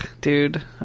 dude